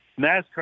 NASCAR